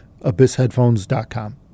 abyssheadphones.com